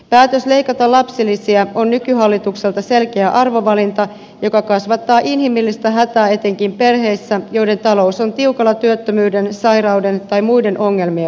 päätös leikata lapsilisiä on nyt hallitukselta selkeä arvovalinta joka kasvattaa inhimillistä hätää etenkin perheissä joiden talous on tiukalla työttömyyden sairauden tai muiden ongelmia